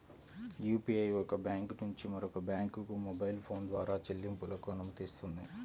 UPI ఒక bank నుంచి మరొక బ్యాంకుకు మొబైల్ ఫోన్ ద్వారా చెల్లింపులకు అనుమతినిస్తుంది